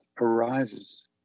arises